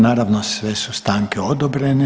Naravno sve su stanke odobrene.